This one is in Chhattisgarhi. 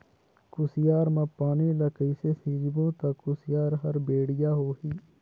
कुसियार मा पानी ला कइसे सिंचबो ता कुसियार हर बेडिया होही?